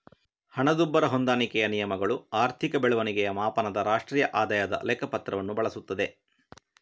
ಹಣದುಬ್ಬರ ಹೊಂದಾಣಿಕೆಯ ನಿಯಮಗಳು ಆರ್ಥಿಕ ಬೆಳವಣಿಗೆಯ ಮಾಪನದ ರಾಷ್ಟ್ರೀಯ ಆದಾಯದ ಲೆಕ್ಕ ಪತ್ರವನ್ನು ಬಳಸುತ್ತದೆ